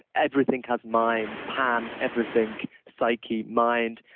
everything has mind pan, everything, psyche mind.